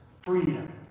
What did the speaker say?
freedom